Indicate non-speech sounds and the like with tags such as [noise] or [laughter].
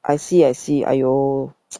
I see I see !aiyo! [noise]